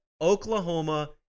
Oklahoma